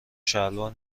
شلوار